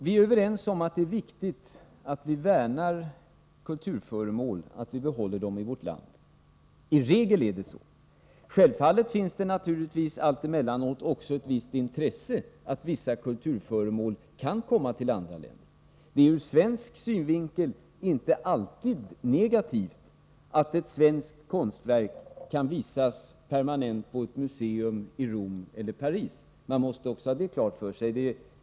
Vi är överens om att det är viktigt att värna kulturföremål, att kunna behålla dem i vårt land. I regel är det så. Men självfallet finns det alltemellanåt också ett visst intresse av att vissa kulturföremål kan komma till andra länder. Det är ur svensk synvinkel inte alltid negativt att ett svenskt konstverk kan visas permanent på ett museum i Rom eller Paris — man måste ha också detta klart för sig.